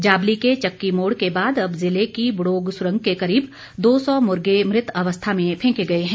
जाबली के चक्की मोड़ के बाद अब ज़िले की बड़ोग सुरंग के करीब दो सौ मुर्गे मृत अवस्था में फैंके गए हैं